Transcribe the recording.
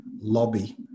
lobby